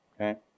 Okay